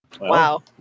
Wow